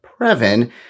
Previn